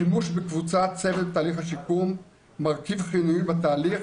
שימוש בקבוצת צוות תהליך השיקום הוא מרכיב חיוני בתהליך,